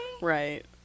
Right